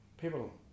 people